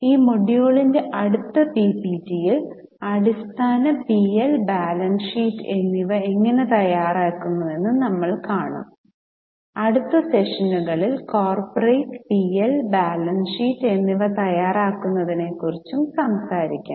ഈ മൊഡ്യൂളിന്റെ അടുത്ത പിപിടിയിൽ അടിസ്ഥാന പി എൽ ബാലൻസ് ഷീറ്റ് എന്നിവ എങ്ങനെ തയ്യാറാക്കുന്നുവെന്ന് നമ്മൾ കാണും അടുത്ത സെഷനുകളിൽ corporate P L balance sheet എന്നിവ തയ്യാറാക്കുന്നതിനെക്കുറിച്ചും സംസാരിക്കാം